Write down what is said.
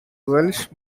welsh